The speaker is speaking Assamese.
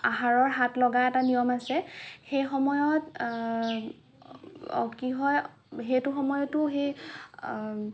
আহাৰৰ সাত লগা এটা নিয়ম আছে সেইসময়ত কি হয় সেইটো সময়তো সেই